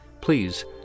please